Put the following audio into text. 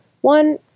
One